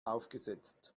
aufgesetzt